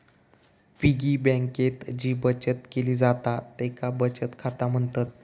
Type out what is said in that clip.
piggy बँकेत जी बचत केली जाता तेका बचत खाता म्हणतत